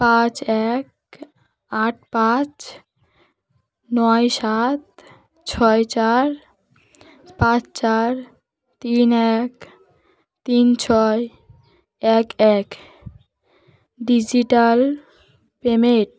পাঁচ এক আট পাঁচ নয় সাত ছয় চার পাঁচ চার তিন এক তিন ছয় এক এক ডিজিটাল পেমেন্ট